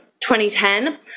2010